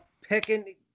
picking